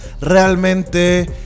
Realmente